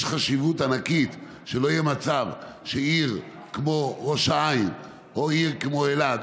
יש חשיבות ענקית לכך שלא יהיה מצב שעיר כמו ראש העין או עיר כמו אלעד,